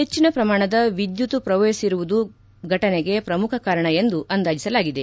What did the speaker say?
ಹೆಚ್ಚಿನ ಪ್ರಮಾಣದ ವಿದ್ಯುತ್ ಪ್ರವಹಿಸಿರುವದು ಘಟನೆಗೆ ಪ್ರಮುಖ ಕಾರಣ ಎಂದು ಅಂದಾಜಿಸಲಾಗಿದೆ